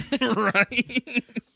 Right